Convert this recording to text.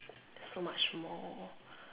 there's so much more